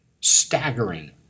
Staggering